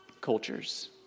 cultures